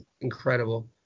incredible